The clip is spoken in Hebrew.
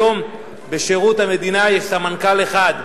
היום יש בשירות המדינה סמנכ"ל אחד,